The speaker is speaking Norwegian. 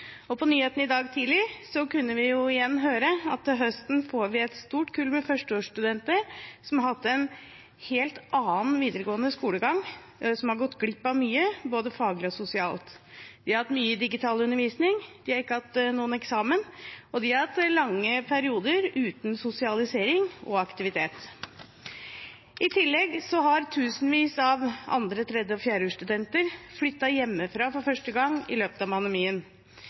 og på nyhetene i dag tidlig kunne vi igjen høre at til høsten får vi et stort kull med førsteårsstudenter, som har hatt en helt annen videregående skolegang. De har gått glipp av mye, både faglig og sosialt. De har hatt mye digital undervisning. De har ikke hatt noen eksamen, og de har hatt lange perioder uten sosialisering og aktivitet. I tillegg har tusenvis av andre-, tredje- og fjerdeårsstudenter flyttet hjemmefra for første gang i løpet av